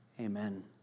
amen